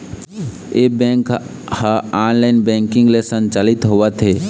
ए bank ह online banking ले संचालित होवत हे